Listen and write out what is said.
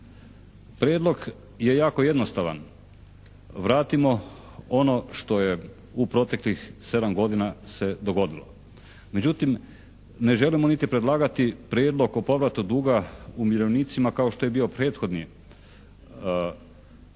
Prijedlog je jako jednostavan, vratimo ono što je u proteklih 7 godina se dogodilo. Međutim ne želimo niti predlagati prijedlog o povratu duga umirovljenicima kao što je bio prethodni zakon